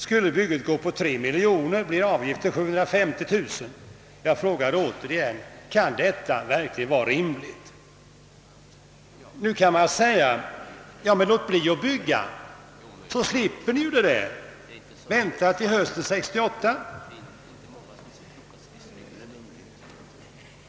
Skulle bygget kosta 3 miljoner blir avgiften 750 000 kronor. Jag frågar återigen: Kan detta vara rimligt? Nu kan man säga: »Låt bli att bygga så slipper ni detta, vänta till hösten 1968!